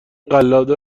قلاده